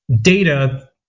data